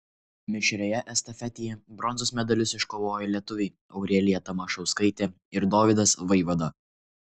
mišrioje estafetėje bronzos medalius iškovojo lietuviai aurelija tamašauskaitė ir dovydas vaivada